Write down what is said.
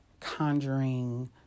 conjuring